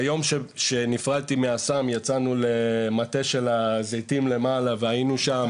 ביום שנפרדתי מהסם יצאנו למטע של הזיתים למעלה והיינו שם.